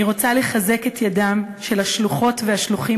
אני רוצה לחזק את ידם של השלוחות והשלוחים